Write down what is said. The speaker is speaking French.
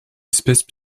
espèces